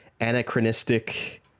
anachronistic